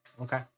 Okay